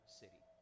city